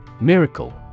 Miracle